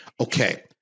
Okay